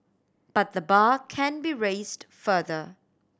but the bar can be raised further